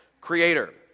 creator